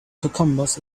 cucumbers